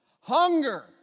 hunger